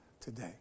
today